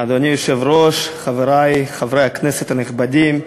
אדוני היושב-ראש, חברי חברי הכנסת הנכבדים,